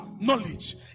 knowledge